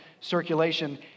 circulation